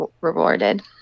rewarded